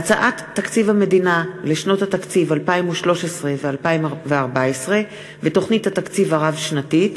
הצעת תקציב המדינה לשנות התקציב 2013 ו-2014 ותוכנית התקציב הרב-שנתית,